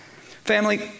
Family